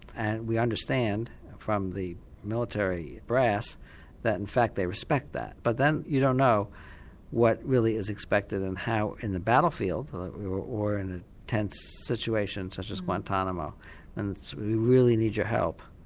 and we understand from the military brass that in fact they respect that. but then you don't know what really is expected and how in the battlefield or in a tense situation such as guantanamo and we really need your help,